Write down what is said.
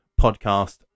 podcast